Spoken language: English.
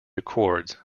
accords